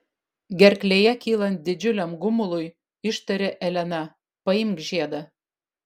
gerklėje kylant didžiuliam gumului ištarė elena paimk žiedą